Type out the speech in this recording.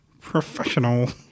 professional